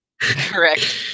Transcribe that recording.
Correct